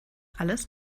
alles